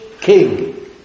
king